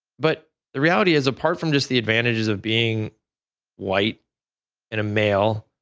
but the reality is apart from just the advantages of being white and a male,